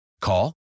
Call